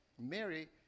Mary